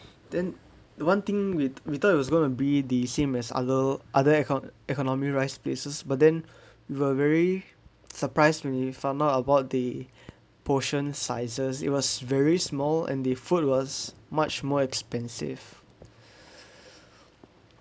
then the one thing with we thought it was gonna be the same as other other eco~ economy rice places but then we were very surprise when he found out about the portion sizes it was very small and the food was much more expensive